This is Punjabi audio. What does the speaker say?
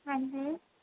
ਹਾਂਜੀ